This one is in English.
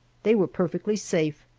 they were perfectly safe,